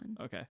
Okay